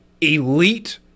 elite